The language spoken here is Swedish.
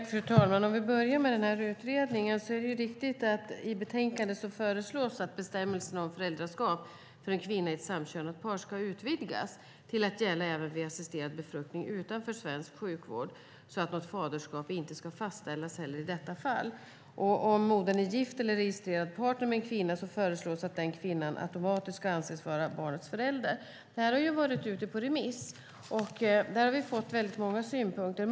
Fru talman! I utredningens betänkande föreslås mycket riktigt att bestämmelserna om föräldraskap för en kvinna i ett samkönat par ska utvidgas till att gälla även vid assisterad befruktning utanför svensk sjukvård så att faderskap inte ska fastställas heller i detta fall. Om modern är gift eller registrerad partner med en kvinna föreslås att den kvinnan automatiskt ska anses vara barnets förälder. Detta har varit ute på remiss, och vi har fått många synpunkter.